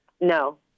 No